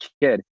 kid